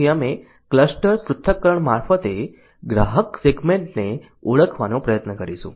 પછી અમે કલસ્ટર પૃથક્કરણ મારફતે ગ્રાહક સેગમેન્ટને ઓળખવાનો પ્રયત્ન કરશું